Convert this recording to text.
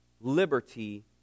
liberty